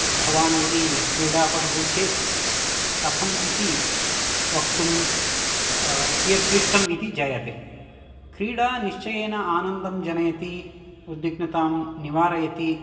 भवान् यदि क्रीडापटुः चेत् कथम् इति वक्तुं कियत् क्लिष्टम् इति जायते क्रीडा निश्चयेन आनन्दं जनयति उद्विघ्नतां निवारयति